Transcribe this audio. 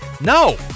No